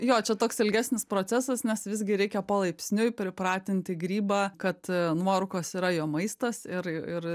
jo čia toks ilgesnis procesas nes visgi reikia palaipsniui pripratinti grybą kad nuorūkos yra jo maistas ir